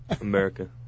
America